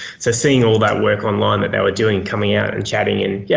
so seeing all that work online that they were doing, coming out and chatting, and, yep,